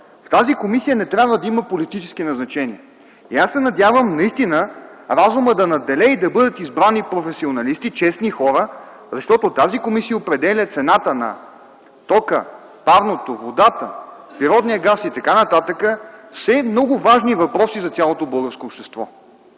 В тази комисия не трябва да има политически назначения. И аз се надявам разумът да надделее и да бъдат избрани професионалисти, честни хора, защото тази комисия определя цената на тока, парното, водата, природния газ и така нататък, все много важни въпроси за цялото българско общество.